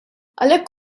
għalhekk